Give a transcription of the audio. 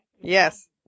Yes